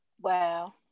Wow